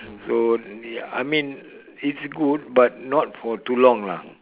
so ya I mean it's good but not for too long lah